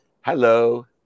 Hello